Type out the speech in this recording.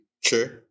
Sure